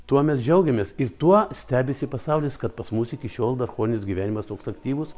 tuo mes džiaugiamės ir tuo stebisi pasaulis kad pas mus iki šiol dar chorinis gyvenimas toks aktyvus